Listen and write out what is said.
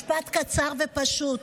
משפט קצר ופשוט,